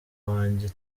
wanjye